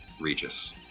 Regis